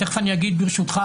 ותיכף אני אגיד ברשותך,